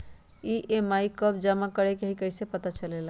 EMI कव जमा करेके हई कैसे पता चलेला?